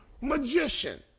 magician